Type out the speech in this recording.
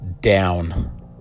down